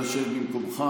אנא שב במקומך,